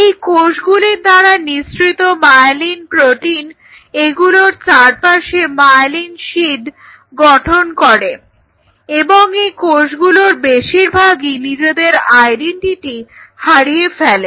এই কোষগুলির দ্বারা নিঃসৃত মায়েলিন প্রোটিন এগুলোর চারপাশে মায়োলিন সিদ্ গঠন করে এবং এই কোষগুলোর বেশিরভাগই নিজেদের আইডেন্টিটি হারিয়ে ফেলে